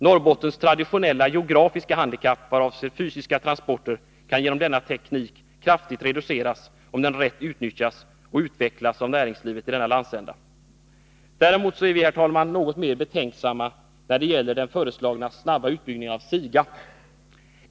Norrbottens traditionella geografiska handikapp vad avser fysiska transporter kan genom denna teknik kraftigt reduceras, om den rätt utnyttjas och utvecklas av näringslivet i denna landsända. Däremot är vi, herr talman, något mer betänksamma när det gäller den föreslagna snabba utbyggnaden av SIGA.